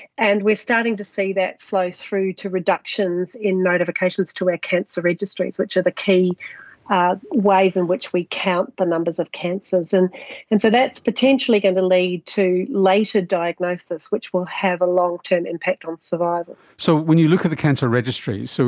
and we are starting to see that flow through to reductions in notifications to our cancer registries, which are the key ways in which we count the numbers of cancers. and and so that's potentially going to lead to later diagnosis which will have a long-term impact on survival. so when you at the cancer registries, so